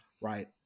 right